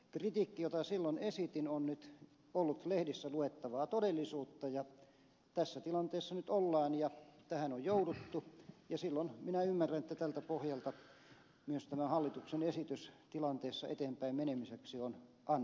kritiikki jota silloin esitin on nyt ollut lehdissä luettavaa todellisuutta ja tässä tilanteessa nyt ollaan ja tähän on jouduttu ja silloin minä ymmärrän että tältä pohjalta myös tämä hallituksen esitys tilanteessa eteenpäinmenemiseksi on annettu